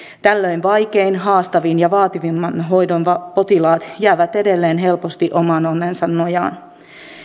tällöin vaikeimmat haastavimmat ja vaativimman hoidon potilaat jäävät edelleen helposti oman onnensa nojaan